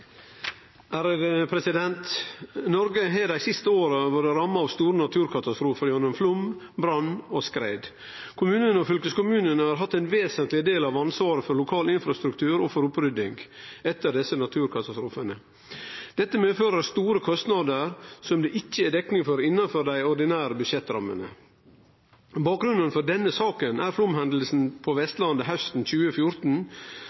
Noreg har dei siste åra vore ramma av store naturkatastrofar gjennom flaum, brann og skred. Kommunane og fylkeskommunane har hatt ein vesentleg del av ansvaret for lokal infrastruktur og for opprydding etter desse naturkatastrofane. Dette medfører store kostnader som det ikkje er dekning for innanfor dei ordinære budsjettrammene. Bakgrunnen for denne saka er flaumhendinga på